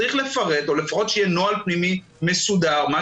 צריך לפרט או שלפחות יהיה נוהל פנימי מסודר לגבי